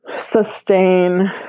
sustain